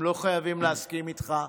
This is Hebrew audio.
הם לא חייבים להסכים איתך,